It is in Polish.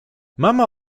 mama